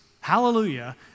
hallelujah